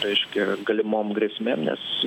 reiškia galimom grėsmėm nes